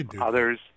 others